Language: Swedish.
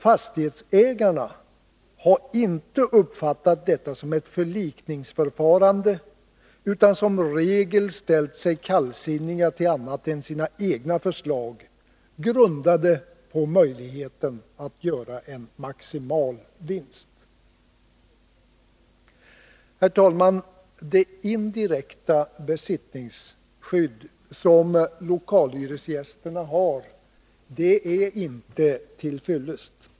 Fastighetsägarna har inte uppfattat detta som ett förlikningsförfarande, utan som regel ställt sig kallsinniga inför annat än sina egna förslag, grundade på möjligheten att göra en maximal vinst. Herr talman! Det indirekta besittningsskydd som lokalhyresgästerna har är inte till fyllest.